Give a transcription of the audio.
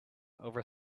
over